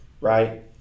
Right